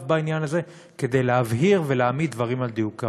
בעניין הזה כדי להבהיר ולהעמיד דברים על דיוקם.